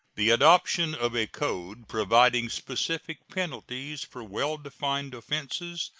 the adoption of a code providing specific penalties for well-defined offenses,